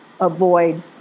avoid